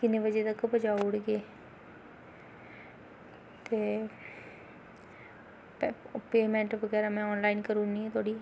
किन्नै बजे तक पजाई ओड़गे ते पेमैंट बगैरा में आनलाईन करी ओड़नी आं तोआड़ी